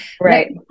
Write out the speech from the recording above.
right